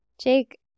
Jake